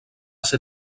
ser